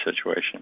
situation